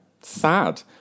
Sad